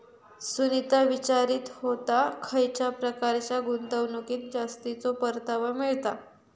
सुनीता विचारीत होता, खयच्या प्रकारच्या गुंतवणुकीत जास्तीचो परतावा मिळता?